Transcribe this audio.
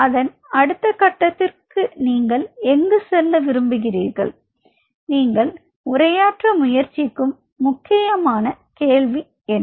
அதன் அடுத்த கட்டத்திற்கு நீங்கள் எங்கு செல்ல விரும்புகிறீர்கள் நீங்கள் உரையாற்ற முயற்சிக்கும் முக்கியமான கேள்வி என்ன